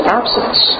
absence